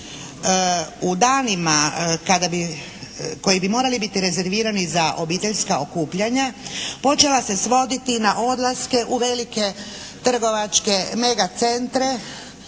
kada bi, koji bi morali biti rezervirani za obiteljska okupljanja, počela se svoditi na odlaske u velike trgovačke mega centre